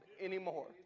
anymore